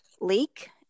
leak